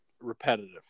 Repetitive